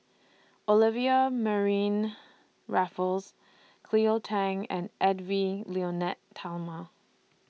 Olivia Mariamne Raffles Cleo Thang and Edwy Lyonet Talma